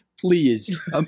please